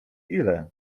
ile